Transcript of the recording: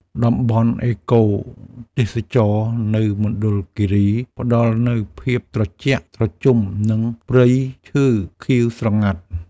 តំបន់អេកូទេសចរណ៍នៅមណ្ឌលគិរីផ្ដល់នូវភាពត្រជាក់ត្រជុំ និងព្រៃឈើខៀវស្រងាត់។